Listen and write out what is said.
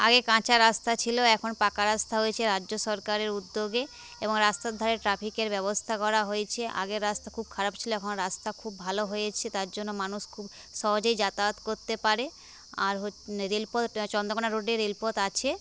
আগে কাঁচা রাস্তা ছিল এখন পাকা রাস্তা হয়েছে রাজ্য সরকারের উদ্যোগে এবং রাস্তার ধারে ট্রাফিকের ব্যবস্থা করা হয়েছে আগে রাস্তা খুব খারাপ ছিল এখন রাস্তা খুব ভালো হয়েছে তার জন্য মানুষ খুব সহজেই যাতায়াত করতে পারে আর রেলপথ চন্দ্রকোনা রোডে রেলপথ আছে